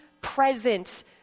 present